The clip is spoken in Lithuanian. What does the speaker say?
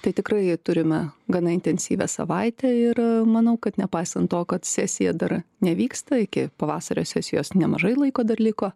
tai tikrai turime gana intensyvią savaitę ir manau kad nepaisant to kad sesija dar nevyksta iki pavasario sesijos nemažai laiko dar liko